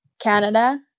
Canada –